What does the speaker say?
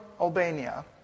Albania